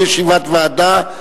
כל ישיבת ועדה,